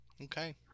Okay